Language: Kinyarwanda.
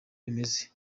bimeze